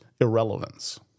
irrelevance